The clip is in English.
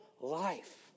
life